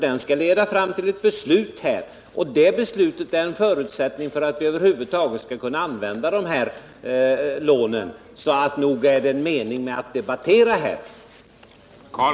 Den skall leda fram till ett beslut, och det beslutet är en förutsättning för att lånen över huvud taget skall kunna användas. Så nög är det mening med att debattera här!